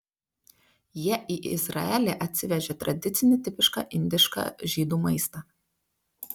jie į izraelį atsivežė tradicinį tipišką indišką žydų maistą